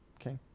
okay